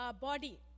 body